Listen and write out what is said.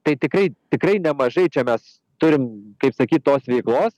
tai tikrai tikrai nemažai čia mes turim kaip sakyt tos veikos